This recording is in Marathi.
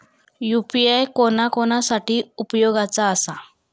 यू.पी.आय कोणा कोणा साठी उपयोगाचा आसा?